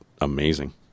amazing